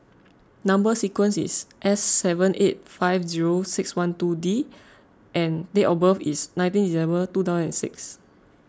Number Sequence is S seven eight five zero six one two D and date of birth is nineteen December two thousand six